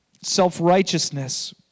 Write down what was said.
self-righteousness